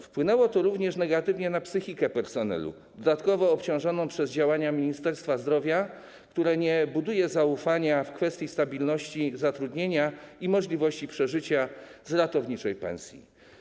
Wpłynęło to również negatywnie na psychikę personelu dodatkowo obciążoną przez działania Ministerstwa Zdrowia, które nie buduje zaufania w kwestii stabilności zatrudnienia i możliwości przeżycia z ratowniczej pensji.